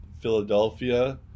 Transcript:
Philadelphia